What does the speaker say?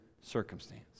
circumstance